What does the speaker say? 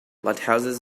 lighthouses